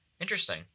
Interesting